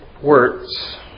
words